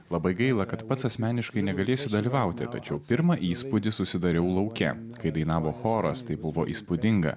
labai gaila kad pats asmeniškai negalėsiu dalyvauti tačiau pirmą įspūdį susidariau lauke kai dainavo choras tai buvo įspūdinga